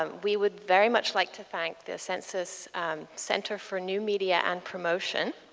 um we would very much like to thank the census centre for new media and promotion,